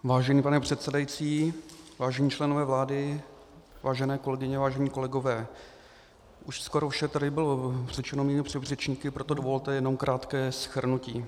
Vážený pane předsedající, vážení členové vlády, vážené kolegyně, vážení kolegové, už skoro vše tady bylo řečeno mými předřečníky, proto dovolte jen krátké shrnutí.